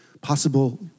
possible